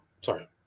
sorry